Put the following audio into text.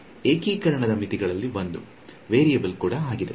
ಏಕೀಕರಣದ ಮಿತಿಗಳಲ್ಲಿ ಒಂದು ವೇರಿಯಬಲ್ ಕೂಡ ಆಗಿದೆ